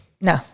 No